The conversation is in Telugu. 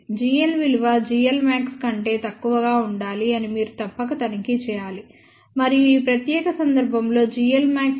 gl విలువ gl max కంటే తక్కువగా ఉండాలి అని మీరు తప్పక తనిఖీ చేయాలి మరియు ఈ ప్రత్యేక సందర్భంలో gl max విలువ 1